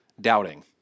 doubting